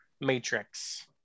Matrix